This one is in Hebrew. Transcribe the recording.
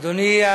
אדוני.